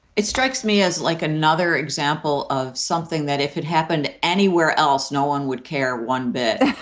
it strikes me as like another example of something that if it happened anywhere else, no one would care one bit.